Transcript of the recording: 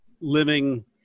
living